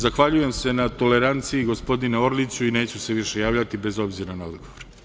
Zahvaljujem se na toleranciji, gospodine Orliću, i neću se više javljati bez obzira na odgovor.